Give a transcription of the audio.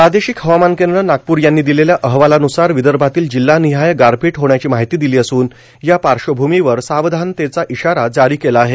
प्रादेशिक हवामान केंद्र नागप्र यांनी दिलेल्या अहवालानुसार विदर्भातील जिल्हानिहाय गारपीट होण्याची माहिती दिली असून या पाश्वभूमीवर सावधानतेचा इशारा जारी केला आहे